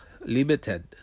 limited